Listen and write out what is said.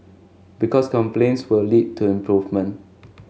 because complaints will lead to improvement